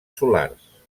solars